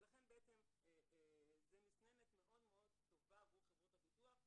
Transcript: ולכן זו מסננת מאוד מאוד טובה עבור חברות הביטוח,